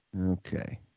Okay